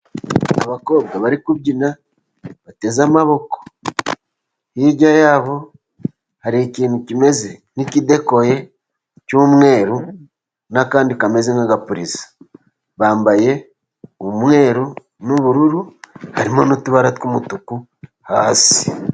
Abakobwa bari kubyina bateze amaboko, hirya y'aho hari ikintu kimeze nk'ikidekoye cy'umweru, n'akandi kameze nk'agapulizo. Bambaye umweru, n'ubururu harimo n'utubara tw'umutuku hasi.